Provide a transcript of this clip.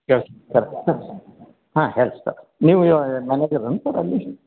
ಹಾಂ ಹಾಂ ಹೇಳಿ ರೀ ಸರ್ ನೀವು ಮ್ಯಾನೇಜರ್ ಏನು ರೀ ಸರ್ ಅಲ್ಲಿ